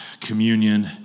communion